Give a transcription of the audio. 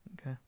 Okay